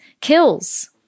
Kills